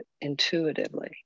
intuitively